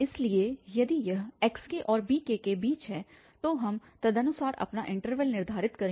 इसलिए यदि यह xk और bk के बीच है तो हम तदनुसार अपना इन्टरवल निर्धारित करेंगे